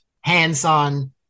hands-on